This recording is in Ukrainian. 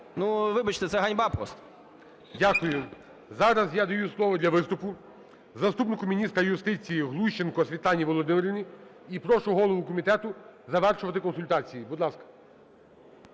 Ну, вибачте, це ганьба просто! ГОЛОВУЮЧИЙ. Дякую. Зараз я даю слово для виступу заступнику міністра юстиції Глущенко Світлані Володимирівні. І прошу голову комітету завершувати консультації. Будь ласка.